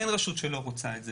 אין רשות שלא רוצה את זה.